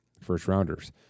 first-rounders